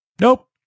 nope